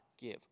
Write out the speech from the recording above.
give